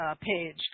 page